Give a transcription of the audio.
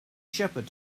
shepherd